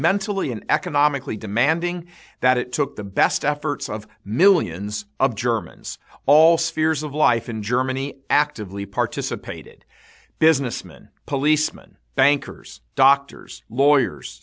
mentally and economically demanding that it took the best efforts of millions of germans all spheres of life in germany actively participated businessmen policeman bankers doctors lawyers